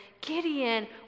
Gideon